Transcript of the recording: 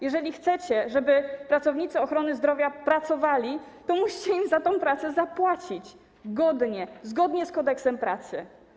Jeżeli chcecie, żeby pracownicy ochrony zdrowia pracowali, to musicie im za tę pracę zapłacić godnie, zgodnie z Kodeksem pracy.